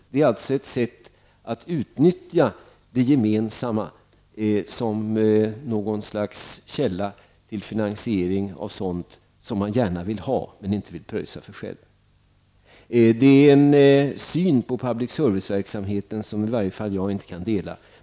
Detta är alltså ett sätt att utnyttja det gemensamma som något slags källa till finansiering av sådant som man gärna vill ha, men som man själv inte vill betala. Den synen på public service-verksamheten kan i varje fall inte jag dela.